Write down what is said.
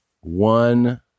one